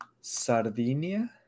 sardinia